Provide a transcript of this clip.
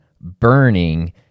burning